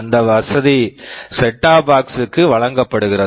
அந்த வசதி set top box set of box க்கு வழங்கப்படுகிறது